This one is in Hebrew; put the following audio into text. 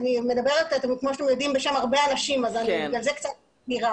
ואני מדברת כפי שאתם יודעים בשם הרבה אנשים אז בגלל זה אני קצת זהירה.